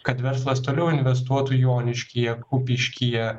kad verslas toliau investuotų joniškyje kupiškyje